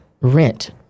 rent